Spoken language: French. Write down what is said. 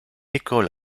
école